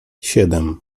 siedem